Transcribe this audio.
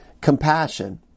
compassion